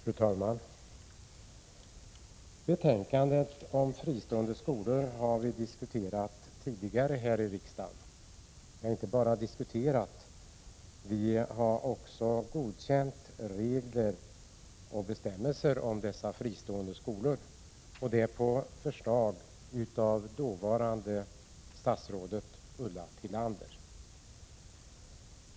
Fru talman! Frågan om fristående skolor har vi diskuterat tidigare här i riksdagen. Ja, vi har inte bara diskuterat frågan, utan vi har också på förslag av den tidigare skolministern Ulla Tillander godkänt de regler som nu gäller för fristående skolor.